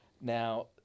Now